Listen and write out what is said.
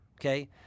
Okay